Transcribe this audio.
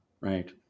Right